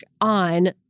on